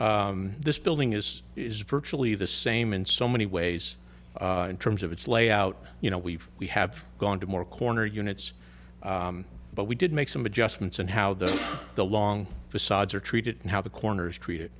this building is is virtually the same in so many ways in terms of its layout you know we've we have gone to more corner units but we did make some adjustments and how do the long facades are treated and how the corners treated